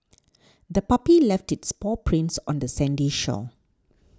the puppy left its paw prints on the sandy shore